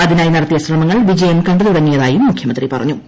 അതിനായി നടത്തിയ ശ്രമങ്ങൾ വിജയം കണ്ടു തൂട്ങ്ങിയതായും മുഖ്യമന്ത്രി പറഞ്ഞു